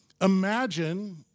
Imagine